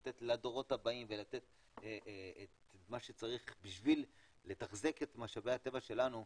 לתת לדורות הבאים ולתת את מה שצריך בשביל לתחזק את משאבי הטבע שלנו,